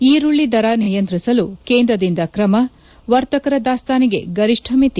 ಈರುಳ್ಳಿ ದರ ನಿಯಂತ್ರಿಸಲು ಕೇಂದ್ರದಿಂದ ಕ್ರಮ ವರ್ತಕರ ದಾಸ್ತಾನಿಗೆ ಗರಿಷ್ಡ ಮಿತಿ